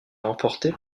remportée